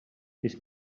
his